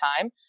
time